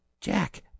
Jack